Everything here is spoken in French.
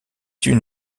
une